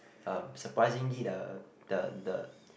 um surprisingly the the the